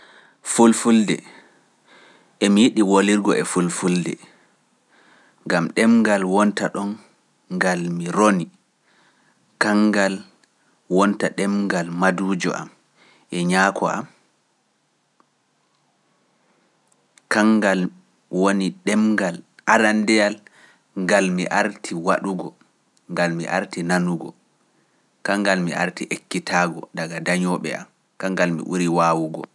Fulfulde, emi yiɗi woolirgo e fulfulde, gam ɗemngal wonta ɗemngal mi roni, kanngal mi arti ekkitaago daga dañooɓe am, kanngal mi ɓuri waawugo.